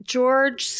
George